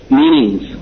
meanings